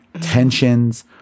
tensions